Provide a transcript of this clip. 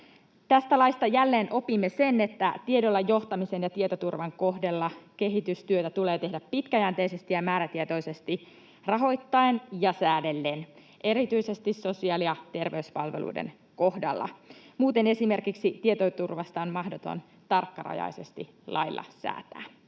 Tästä laista jälleen opimme sen, että tiedolla johtamisen ja tietoturvan kohdalla kehitystyötä tulee tehdä pitkäjänteisesti ja määrätietoisesti rahoittaen ja säädellen erityisesti sosiaali‑ ja terveyspalveluiden kohdalla. Muuten esimerkiksi tietoturvasta on mahdoton tarkkarajaisesti lailla säätää.